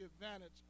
advantage